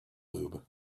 lube